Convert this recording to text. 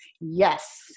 yes